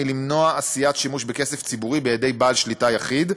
היא למנוע שימוש בכסף ציבורי בידי בעל שליטה יחיד,